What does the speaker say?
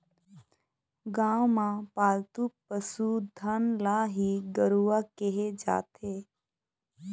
गाँव म पालतू पसु धन ल ही गरूवा केहे जाथे